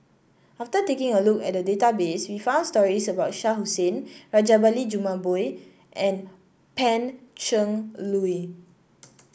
after taking a look at the database we found stories about Shah Hussain Rajabali Jumabhoy and Pan Cheng Lui